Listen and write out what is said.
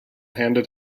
handed